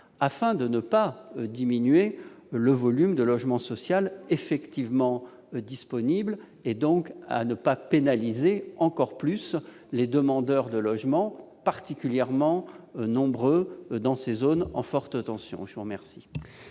afin de ne pas diminuer le volume de logements sociaux effectivement disponibles et de ne pas pénaliser ainsi encore plus les demandeurs de logement social, particulièrement nombreux dans ces zones en forte tension. Quel